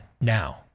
now